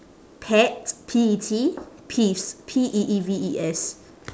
pet P E T peeves P E E V E S